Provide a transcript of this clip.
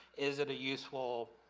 is it a useful